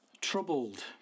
troubled